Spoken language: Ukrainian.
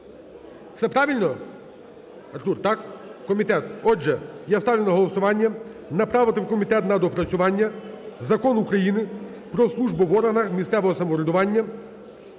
так, комітет? Отже, я ставлю на голосування направити в комітет на доопрацювання Закон України "Про службу в органах місцевого самоврядування"